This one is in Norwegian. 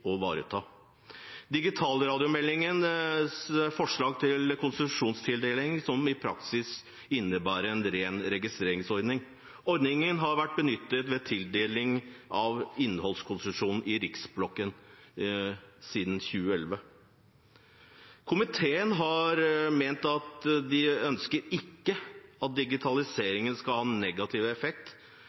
ivareta. Digitalradiomeldingens forslag til konsesjonstildeling innebærer i praksis en ren registreringsordning. Ordningen har vært benyttet ved tildeling av innholdskonsesjonen i Riksblokken siden 2011. Komiteen ønsker ikke at digitaliseringen skal ha negativ effekt